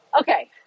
Okay